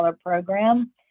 program